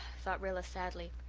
thought rilla sadly,